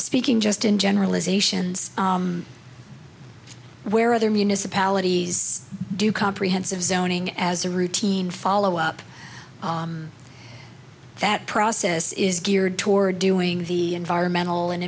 speaking just in generalisations where other municipalities do comprehensive zoning as a routine follow up that process is geared toward doing the environmental and